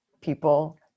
people